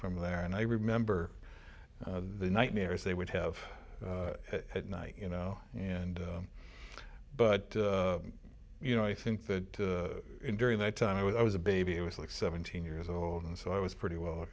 from there and i remember the nightmares they would have had night you know and but you know i think that during that time i was a baby it was like seventeen years old and so i was pretty well